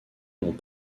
n’ont